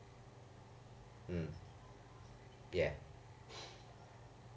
mm ya